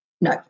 No